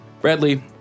Bradley